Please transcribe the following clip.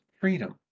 freedom